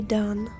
done